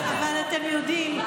אבל אתם יודעים,